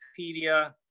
Wikipedia